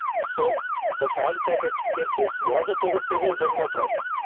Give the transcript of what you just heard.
so the fact that if if this was a pivot table then no problem?